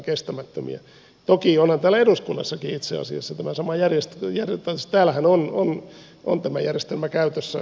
toki onhan täällä eduskunnassakin itse asiassa tämä sama järjestelmä täällähän on tämä järjestelmä käytössä